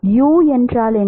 u என்ன